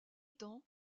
temps